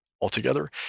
altogether